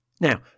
Now